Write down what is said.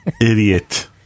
Idiot